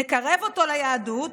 נקרב אותו ליהדות,